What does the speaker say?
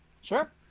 Sure